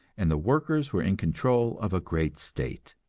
and the workers were in control of a great state.